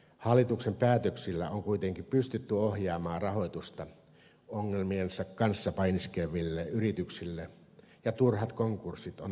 hallituksen päätöksillä on kuitenkin pystytty ohjaamaan rahoitusta ongelmiensa kanssa painiskeleville yrityksille ja turhat konkurssit on vältetty